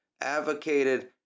advocated